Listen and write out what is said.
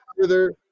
further